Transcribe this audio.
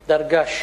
דרגש,